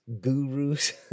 gurus